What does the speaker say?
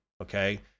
okay